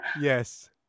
yes